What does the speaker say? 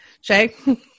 shay